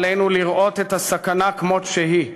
עלינו לראות את הסכנה כמות שהיא.